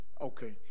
okay